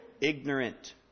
ignorant